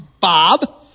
Bob